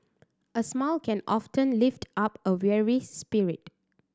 a smile can often lift up a weary spirit